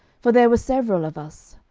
for there were several of us.